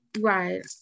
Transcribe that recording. Right